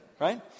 right